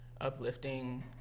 uplifting